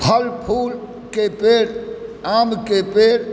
फल फूलके पेड़ आमके पेड़